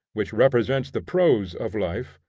which represents the prose of life,